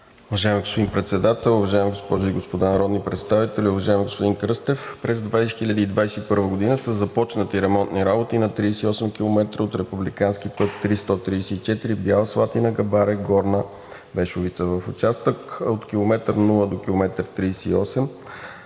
Уважаеми господин Председател, уважаеми госпожи и господа народни представители, уважаеми господин Кръстев! През 2021 г. са започнати ремонтни работи на 38 километра от републикански път III-134, Бяла Слатина – Габаре – Горна Бешовица. В участъка от км 0 до км 38